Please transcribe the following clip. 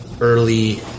early